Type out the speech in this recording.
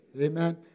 Amen